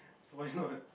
so why's not